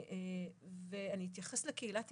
אני אתייחס לקהילה טיפולית.